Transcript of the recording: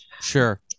Sure